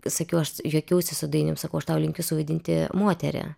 sakiau aš juokiausi su dainium sakau aš tau linkiu suvaidinti moterį